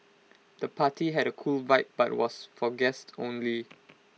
the party had A cool vibe but was for guests only